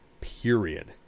period